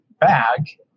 bag